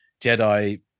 Jedi